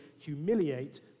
humiliate